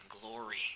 glory